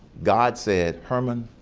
god said, herman,